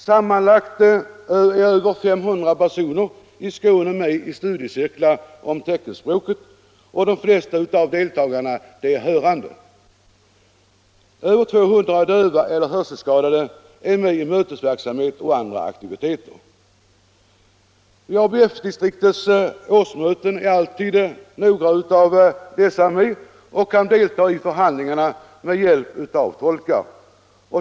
Sammanlagt är över 500 personer i Skåne med i studiecirklar om teckenspråket. De flesta av deltagarna är hörande. Över 200 döva eller hörselskadade är med i mötesverksamhet och andra aktiviteter. Vid ABF-distriktets årsmöten är alltid några av dessa med och kan deltaga i förhandlingarna med hjälp av tolkar.